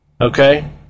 okay